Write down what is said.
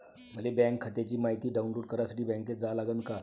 मले बँक खात्याची मायती डाऊनलोड करासाठी बँकेत जा लागन का?